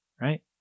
right